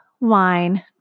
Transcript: wine